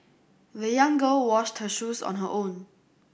the young girl washed her shoes on her own